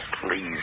please